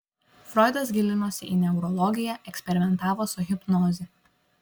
froidas gilinosi į neurologiją eksperimentavo su hipnoze